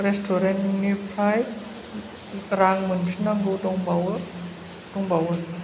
restaurant निफ्राय रां मोनफिन्नांगौ दंबावो दंबावो